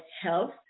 health